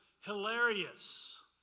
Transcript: hilarious